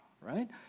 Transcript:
right